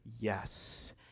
yes